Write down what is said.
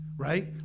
right